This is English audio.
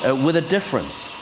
ah with a difference.